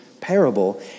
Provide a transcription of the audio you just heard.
parable